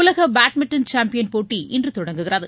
உலக badminton champion போட்டி இன்று தொடங்குகிறது